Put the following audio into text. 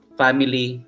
family